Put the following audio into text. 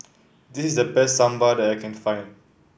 this is the best Sambar that I can find